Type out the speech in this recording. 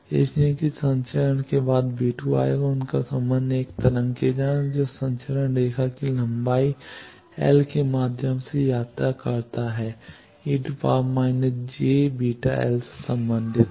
इसलिए कि संचरण के बाद आएगा और उनका संबंध एक तरंग की तरह है जो संचरण रेखा में लंबाई l के माध्यम से यात्रा करता है e− jβl संबंध है